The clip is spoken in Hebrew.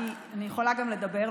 כי אני יכולה גם לדבר,